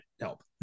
help